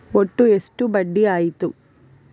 ಒಟ್ಟು ಎಷ್ಟು ಬಡ್ಡಿ ಆಯಿತು?